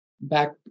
back